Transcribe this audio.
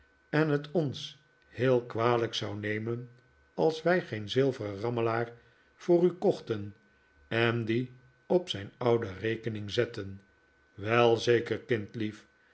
en het ons heel kwalijk zou nemen als wij geen zilveren rammelaar voor u kochten en die op zijn oude rekening zetten wel zeker